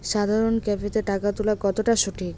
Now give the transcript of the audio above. সাধারণ ক্যাফেতে টাকা তুলা কতটা সঠিক?